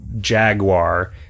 Jaguar